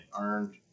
earned